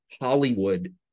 hollywood